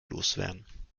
loswerden